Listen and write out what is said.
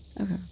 okay